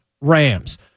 Rams